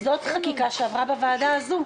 זאת חקיקה שעברה בוועדה הזו.